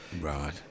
right